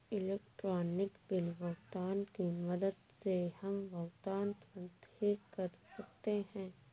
electronic bill भुगतान की मदद से हम भुगतान तुरंत ही कर सकते हैं